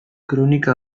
kronika